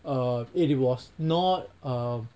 uh it was not um